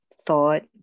thought